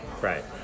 Right